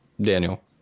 Daniel